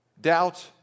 doubt